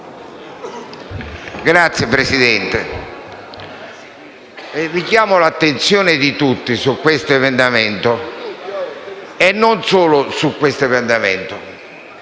Signor Presidente, richiamo l'attenzione di tutti su questo emendamento, e non solo su questo. I componenti